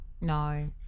No